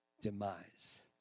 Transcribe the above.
demise